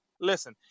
listen